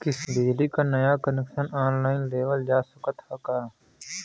बिजली क नया कनेक्शन ऑनलाइन लेवल जा सकत ह का?